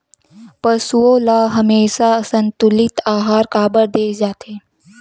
पशुओं ल हमेशा संतुलित आहार काबर दे जाथे?